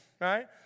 right